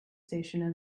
station